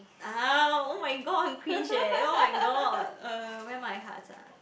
ah oh-my-god 很 cringe eh oh-my-god uh where my hearts ah